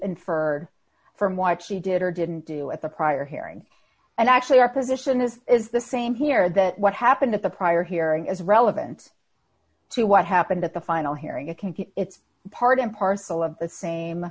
inferred from watching did or didn't do at the prior hearing and actually our position is it's the same here that what happened at the prior hearing is relevant so what happened at the final hearing a can get it's part and parcel of the same